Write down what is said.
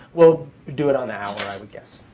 we'll do it on the hour, i would guess.